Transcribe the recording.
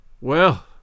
Well